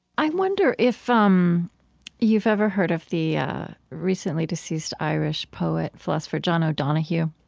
i wonder if um you've ever heard of the recently deceased irish poet, philosopher john o'donohue?